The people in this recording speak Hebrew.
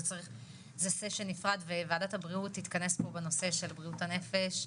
זה סשן נפרד וועדת הבריאות תתכנס פה בנושא של בריאות הנפש,